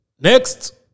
Next